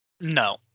no